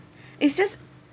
it's just